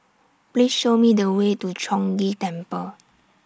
Please Show Me The Way to Chong Ghee Temple